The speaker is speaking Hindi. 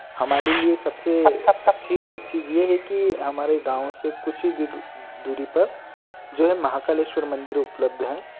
हमारे लिए सबसे अच्छी चीज़ यह है कि हमारे गाँव से कुछ ही दूर दूरी पर जो है महाकालेश्वर मंदिर उपलब्ध है